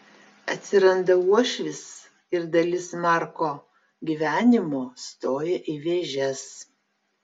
atsiranda uošvis ir dalis marko gyvenimo stoja į vėžes